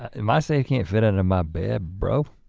and my safe can't fit under my bed, bro.